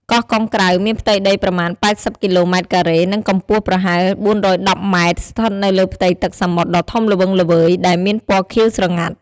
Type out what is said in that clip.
កោះកុងក្រៅមានផ្ទៃដីប្រមាណ៨០គីឡូម៉ែត្រការ៉េ និងកម្ពស់ប្រហែល៤១០ម៉ែត្រ ស្ថិតនៅលើផ្ទៃទឹកសមុទ្រដ៏ធំល្វឹងល្វើយ ដែលមានព៌ណខៀវស្រងាត់។